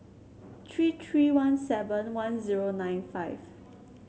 tree tree one seven one zero nine five